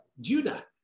Judah